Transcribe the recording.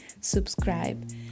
subscribe